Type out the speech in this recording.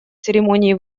церемонии